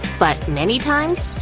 but many times,